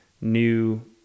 new